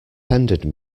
tendered